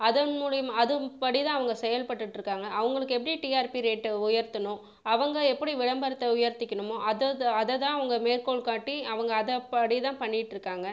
அதன் மூலிமா அதுப்படி தான் அவங்க செயல்பட்டுட்ருக்காங்கள் அவர்களுக்கு எப்படி டிஆர்பி ரேட்டை உயர்த்தணும் அவங்கள் எப்படி விளம்பரத்தை உயர்த்திக்கணுமோ அதை தான் அதை தான் அவங்கள் மேற்கோள் காட்டி அவங்க அதுப்படி தான் பண்ணிட்டுருக்காங்கள்